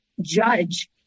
judge